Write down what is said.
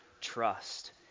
trust